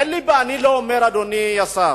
אין לי בעיה, אני לא אומר, אדוני השר,